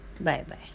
bye-bye